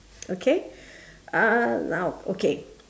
okay uh now okay